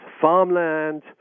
farmland